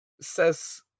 says